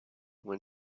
when